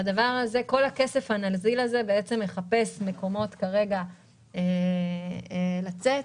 כל הכסף הנזיל הזה בעצם מחפש כרגע מקומות לצאת.